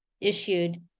issued